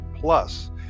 plus